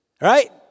Right